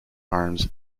arms